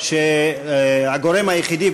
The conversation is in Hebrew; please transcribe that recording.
שהגורם היחידי,